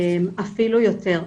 אפילו יותר.